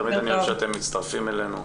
תמיד אני אוהב שאתם מצטרפים אלינו.